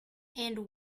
and